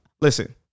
Listen